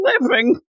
living